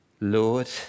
Lord